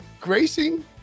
gracing